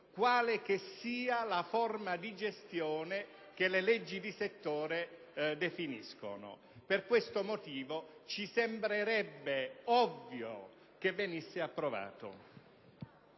quale che sia la forma di gestione che le leggi di settore definiscono. Per questo motivo ci sembrerebbe ovvio che venisse approvato.